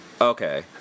Okay